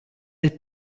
del